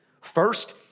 First